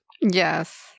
yes